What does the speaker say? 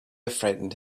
frightened